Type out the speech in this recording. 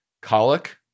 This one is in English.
colic